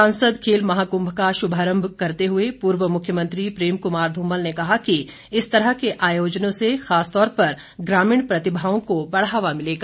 सांसद खेल महाकुंभ का शुभारंभ करते हुए पूर्व मुख्यमंत्री प्रेम कुमार धूमल ने कहा कि इस तरह के आयोजनों से खासकर ग्रामीण प्रतिभाओं को बढ़ावा मिलेगा